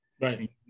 Right